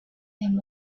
and